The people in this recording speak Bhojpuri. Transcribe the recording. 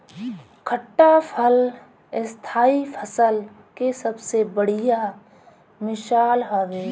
खट्टा फल स्थाई फसल के सबसे बढ़िया मिसाल हवे